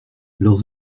leurs